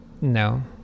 No